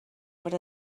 per